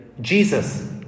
Jesus